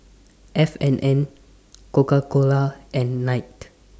F and N Coca Cola and Knight